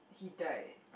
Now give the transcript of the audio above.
he died